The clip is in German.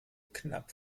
knapp